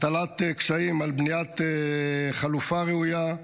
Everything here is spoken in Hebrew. הטלת קשיים על בניית חלופה ראויה,